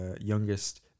youngest